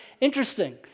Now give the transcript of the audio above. interesting